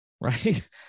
right